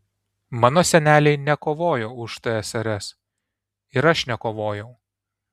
mano seneliai nekovojo už tsrs ir aš nekovojau